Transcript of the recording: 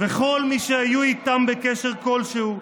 וכל מי שהיו איתם בקשר כלשהו,